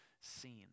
seen